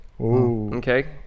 okay